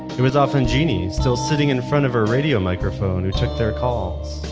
it was often genie, still sitting in front of her radio microphone, who took their calls.